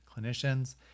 clinicians